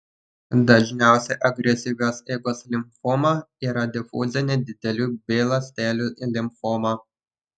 dažniausia agresyvios eigos limfoma yra difuzinė didelių b ląstelių limfoma